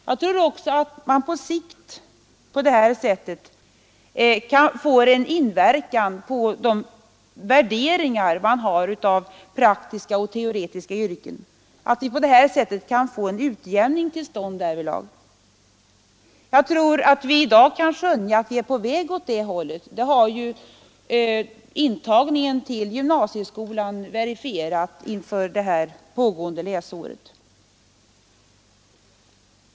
Jag tror också att vi därmed på sikt får en inverkan på värderingarna av praktiska och teoretiska yrken och att vi kan få till stånd en utjämning därvidlag. Redan i dag tror jag vi kan skönja att vi är på väg åt det hållet; det har ju intagningen till gymnasieskolan verifierat inför det pågående läsåret.